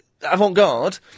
avant-garde